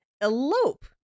elope